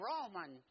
Roman